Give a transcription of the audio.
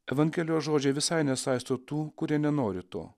evangelijos žodžiai visai nesaisto tų kurie nenori to